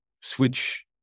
switch